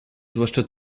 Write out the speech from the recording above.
zwłaszcza